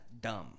dumb